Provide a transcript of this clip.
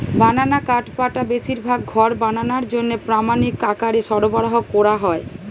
বানানা কাঠপাটা বেশিরভাগ ঘর বানানার জন্যে প্রামাণিক আকারে সরবরাহ কোরা হয়